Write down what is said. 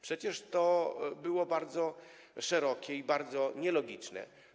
Przecież to było bardzo szerokie i bardzo nielogiczne.